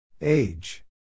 Age